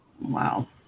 Wow